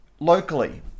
Locally